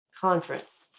conference